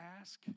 ask